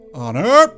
honor